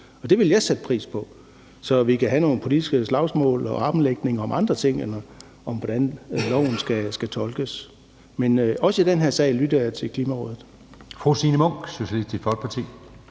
det vil jeg sætte pris på, så vi kan have nogle politiske slagsmål og armlægninger om andre ting end om, hvordan loven skal tolkes. Men også i den her sag lytter jeg til Klimarådet.